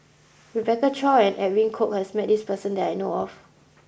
Rebecca Chua and Edwin Koek has met this person that I know of